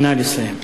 נא לסיים.